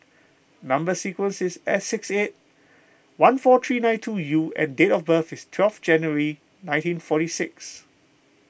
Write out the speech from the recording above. Number Sequence is S six eight one four three nine two U and date of birth is twelve January nineteen forty six